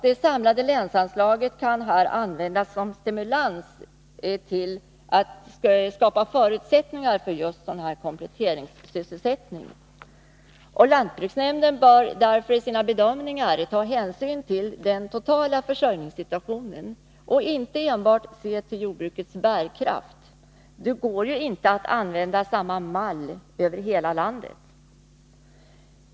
Det samlade länsanslaget kan här användas som stimulans för att skapa förutsättningar för just kompletteringssysselsättning. Lantbruksnämnden bör därför i sina bedömningar ta hänsyn till den totala försörjningssituationen och inte enbart se till jordbrukets bärkraft. Det går inte att använda samma mall över hela landet.